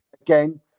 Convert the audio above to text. Again